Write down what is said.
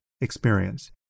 experience